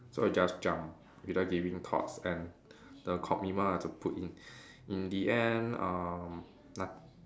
so I just jump without giving thoughts and the commitment I have to put in in the end um not~